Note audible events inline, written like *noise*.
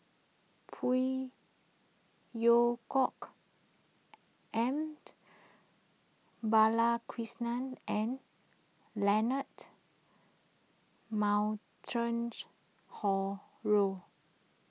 Phey Yew Kok M Balakrishnan and Leonard *unintelligible* Harrod